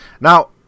Now